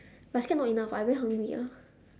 I scared not enough I very hungry ah